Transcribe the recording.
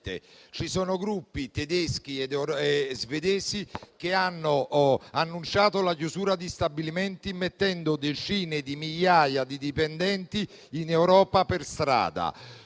Ci sono gruppi tedeschi e svedesi che hanno annunciato la chiusura di stabilimenti, mettendo per strada decine di migliaia di dipendenti in Europa.